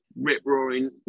rip-roaring